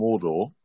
Mordor